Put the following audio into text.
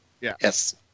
Yes